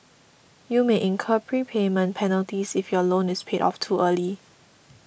you may incur prepayment penalties if your loan is paid off too early